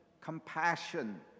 compassion